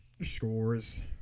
scores